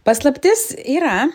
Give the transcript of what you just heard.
paslaptis yra